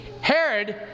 Herod